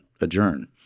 adjourn